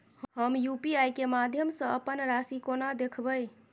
हम यु.पी.आई केँ माध्यम सँ अप्पन राशि कोना देखबै?